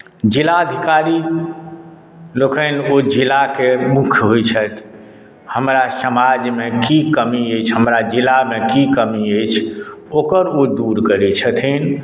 जिलाधिकारी लोकनि ओहि जिलाक मुख्य होइत छथि हमरा समाजमे की कमी अछि हमरा जिलामे की कमी अछि ओकर ओ दूर करैत छथिन